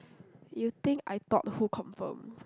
you think I thought who confirm